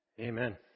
Amen